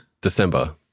December